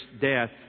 death